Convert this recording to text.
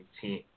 team